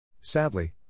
Sadly